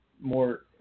More